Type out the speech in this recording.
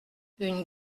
une